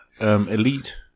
Elite